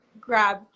grab